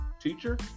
teacher